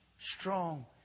strong